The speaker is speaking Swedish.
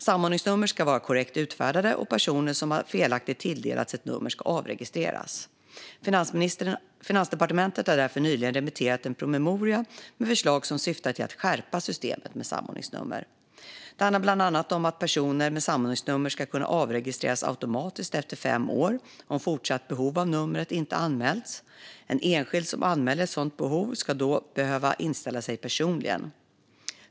Samordningsnummer ska vara korrekt utfärdade, och personer som felaktigt har tilldelats ett nummer ska avregistreras. Finansdepartementet har därför nyligen remitterat en promemoria med förslag som syftar till att skärpa systemet med samordningsnummer. Det handlar bland annat om att personer med samordningsnummer ska kunna avregistreras automatiskt efter fem år om ett fortsatt behov av numret inte har anmälts. En enskild som anmäler ett sådant fortsatt behov ska då behöva inställa sig personligen.